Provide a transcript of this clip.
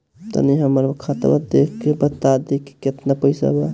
तनी हमर खतबा देख के बता दी की केतना पैसा बा?